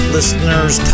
Listener's